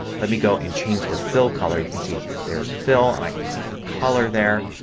let me go and change the fill color. you can see there's fill and i can click the color there.